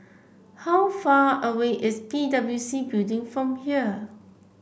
how far away is P W C Building from here